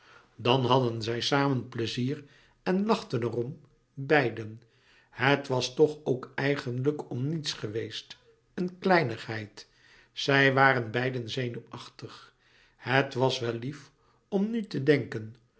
dan hadden zij samen pleizier en lachten er om beiden het was toch ook eigenlijk om niets geweest een kleinigheid louis couperus metamorfoze zij waren beiden zenuwachtig het was wel lief om nu te denken